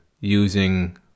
using